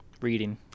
reading